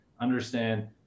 understand